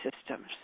systems